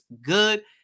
good